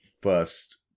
first